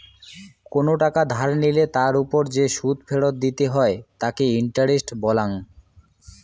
কোনো টাকা ধার লিলে তার ওপর যে সুদ ফেরত দিতে হই তাকে ইন্টারেস্ট বলাঙ্গ